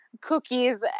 cookies